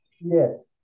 Yes